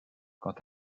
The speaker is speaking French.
quant